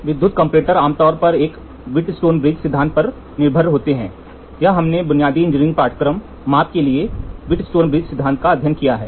विद्युत कंपैरेटर आमतौर पर व्हीटस्टोन ब्रिज सिद्धांत पर निर्भर करते हैं यह हमने बुनियादी इंजीनियरिंग पाठ्यक्रम माप के लिए व्हीटस्टोन ब्रिज सिद्धांत का अध्ययन किया है